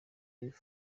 live